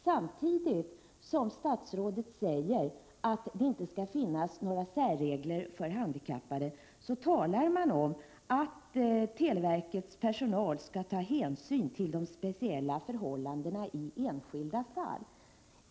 Samtidigt som statsrådet säger att det inte skall finnas några särregler för handikappade talar han om att televerkets personal skall ta hänsyn till de speciella förhållandena i enskilda fall.